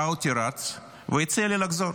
ראה אותי רץ והציע לי לחזור.